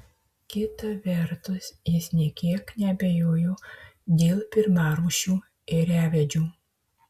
kita vertus jis nė kiek neabejojo dėl pirmarūšių ėriavedžių